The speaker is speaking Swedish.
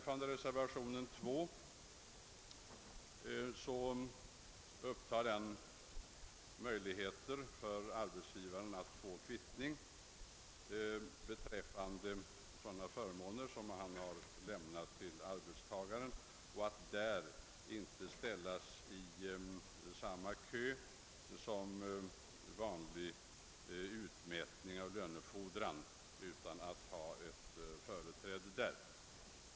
I reservationen 2 berörs arbetsgivares möjlighet att få kvittning beträffande förmåner som han har lämnat till arbetstagare. Han skulle alltså inte ställas i den vanliga kön vid utmätning av lönefordran utan ha företräde.